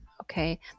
Okay